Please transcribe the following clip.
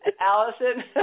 Allison